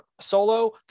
Solo